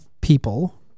people